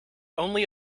only